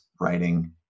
writing